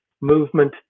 movement